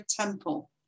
temple